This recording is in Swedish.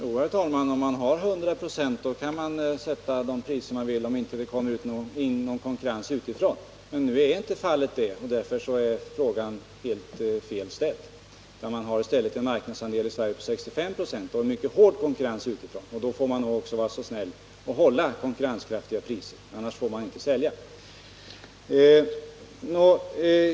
Herr talman! Jo, om man har 100 96 kan man sätta de priser man vill, ifall det inte kommer in någon konkurrens utifrån. Men nu är detta inte fallet, och frågan är därför felaktigt ställd. Marknadsandelen i Sverige är i stället 65 96, och med en mycket hård konkurrens utifrån får man nog vara snäll och hålla konkurrenskraftiga priser — annars får man inte sälja.